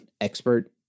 expert